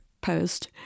post